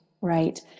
Right